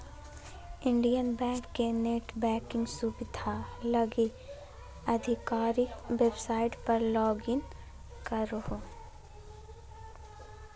Indian bank के net banking सुविधा लगी आधिकारिक वेबसाइट पर लॉगिन करहो